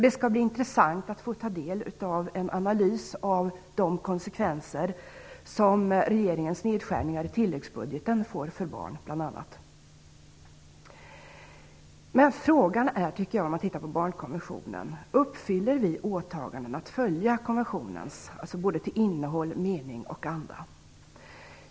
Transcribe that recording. Det skall bli intressant att ta del av en analys av de konsekvenser som regeringens nedskärningar i tilläggsbudgeten får för bl.a. barn. När det gäller barnkonventionen är frågan: Uppfyller vi åtagandena att följa konventionen, både till innehåll, mening och anda?